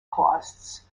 costs